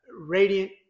radiant